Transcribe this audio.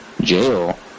Jail